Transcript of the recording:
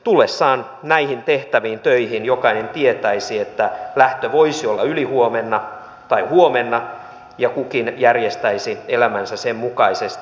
tullessaan näihin tehtäviin töihin jokainen tietäisi että lähtö voisi olla ylihuomenna tai huomenna ja kukin järjestäisi elämänsä sen mukaisesti